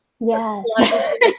Yes